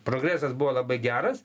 progresas buvo labai geras